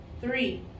Three